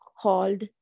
called